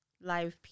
live